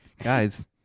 guys